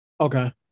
Okay